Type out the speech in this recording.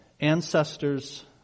ancestors